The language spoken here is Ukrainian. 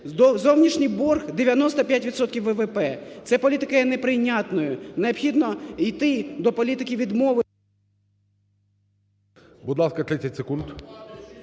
Зовнішній борг – 95 відсотків ВВП. Це політика є неприйнятною. Необхідно йти до політики відмови…